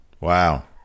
wow